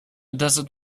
desert